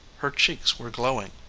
her cheeks were glowing.